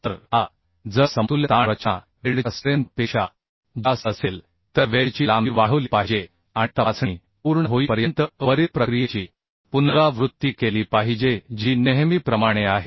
तर आता जर समतुल्य ताण रचना वेल्डच्या स्ट्रेंथ पेक्षा जास्त असेल तर वेल्डची लांबी वाढवली पाहिजे आणि तपासणी पूर्ण होईपर्यंत वरील प्रक्रियेची पुनरावृत्ती केली पाहिजे जी नेहमीप्रमाणे आहे